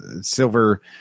silver